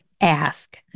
ask